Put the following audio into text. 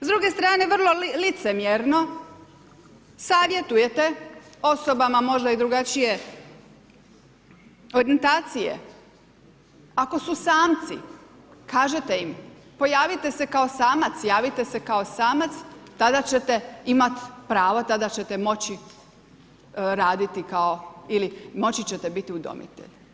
S druge strane vrlo licemjerno savjetujete osobama možda i drugačije orijentacije, ako su smaci, kažete im, pojavite se kao samac, javite se kao samac tada ćete imat pravo, tada ćete moći raditi kao, ili moći ćete biti udomitelj.